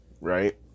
right